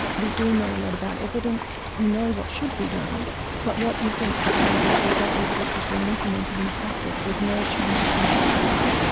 we do know a lot about evidence, we know what should be done but what isn't happening is that that evidence is being implemented into practice. there's no change to clinical practice.